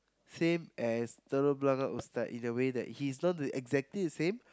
same as telok-blangah Ustad in a way that he's not the exactly the same